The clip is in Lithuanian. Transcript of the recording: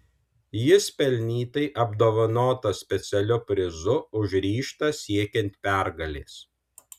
jis pelnytai apdovanotas specialiu prizu už ryžtą siekiant pergalės